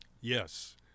Yes